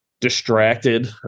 distracted